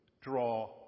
draw